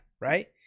right